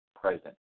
present